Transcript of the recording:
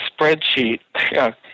spreadsheet